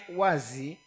wazi